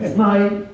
Smile